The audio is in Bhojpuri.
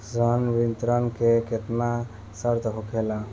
संवितरण के केतना शर्त होखेला?